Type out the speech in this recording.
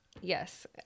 yes